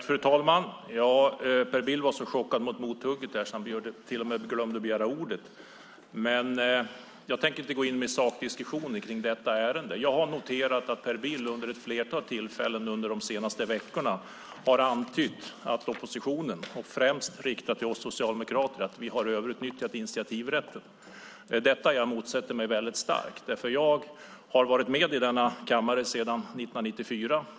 Fru talman! Jag tänker inte gå in i någon sakdiskussion i detta ärende. Jag har noterat att Per Bill vid ett flertal tillfällen de senaste veckorna antytt att oppositionen - då har han främst riktat sig till Socialdemokraterna - överutnyttjat initiativrätten. Det motsätter jag mig starkt. Jag har varit med i denna kammare sedan 1994.